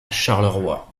charleroi